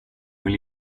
vill